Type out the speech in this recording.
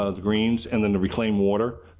ah greens and then reclaimed water.